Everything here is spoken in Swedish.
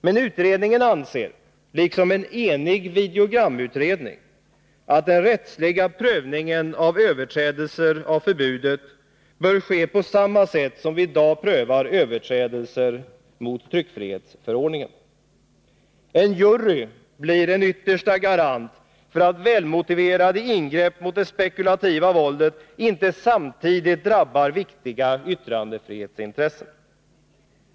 Men utredningen anser — liksom en enig videogramutredning — att den rättsliga prövningen av överträdelser av förbudet bör ske på samma sätt som vi i dag prövar överträdelser mot tryckfrihetsförordningen. En jury blir en yttersta garant för att välmotiverade ingrepp mot det spekulativa våldet inte samtidigt drabbar viktiga yttrandefrihetsintressen.